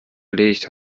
erledigt